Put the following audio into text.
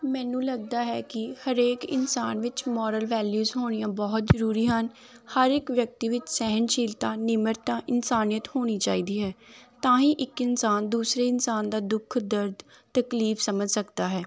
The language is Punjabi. ਮੈਨੂੰ ਲੱਗਦਾ ਹੈ ਕਿ ਹਰੇਕ ਇਨਸਾਨ ਵਿੱਚ ਮੋਰਲ ਵੈਲਿਊਜ ਹੋਣੀਆਂ ਬਹੁਤ ਜ਼ਰੂਰੀ ਹਨ ਹਰ ਇੱਕ ਵਿਅਕਤੀ ਵਿੱਚ ਸਹਿਣਸ਼ੀਲਤਾ ਨਿਮਰਤਾ ਇਨਸਾਨੀਅਤ ਹੋਣੀ ਚਾਹੀਦੀ ਹੈ ਤਾਂ ਹੀ ਇੱਕ ਇਨਸਾਨ ਦੂਸਰੇ ਇਨਸਾਨ ਦਾ ਦੁੱਖ ਦਰਦ ਤਕਲੀਫ ਸਮਝ ਸਕਦਾ ਹੈ